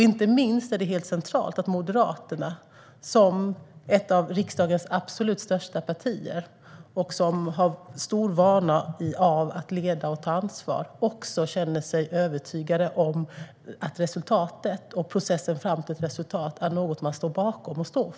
Inte minst är det helt centralt att Moderaterna, som är ett av riksdagens största partier och som har stor vana att leda och ta ansvar, också känner sig övertygade om att resultatet och den process som leder fram dit är något man står bakom.